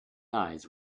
eyes